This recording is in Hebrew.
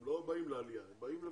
הם לא באים לעלייה הם באים לבקר.